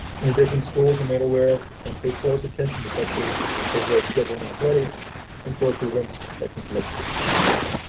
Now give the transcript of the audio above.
in addition, schools are made aware of and pay close attention to such days to avoid scheduling and athletic and social events that conflict on possible.